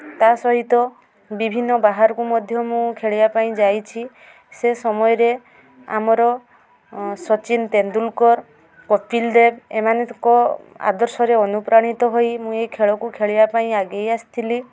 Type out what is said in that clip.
ତା'ସହିତ ବିଭିନ୍ନ ବାହାରକୁ ମଧ୍ୟ ମୁଁ ଖେଳିବା ପାଇଁ ଯାଇଛି ସେ ସମୟରେ ଆମର ସଚିନ୍ ତେନ୍ଦୁଲକର୍ କପିଲ୍ ଦେବ ଏମାନଙ୍କ ଆଦର୍ଶରେ ଅନୁପ୍ରାଣିତ ହୋଇ ମୁଁ ଏଇ ଖେଳକୁ ଖେଳିବା ପାଇଁ ଆଗେଇ ଆସିଥିଲି